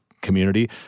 community